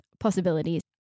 Possibilities